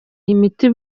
imiti